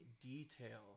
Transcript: detail